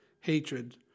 hatred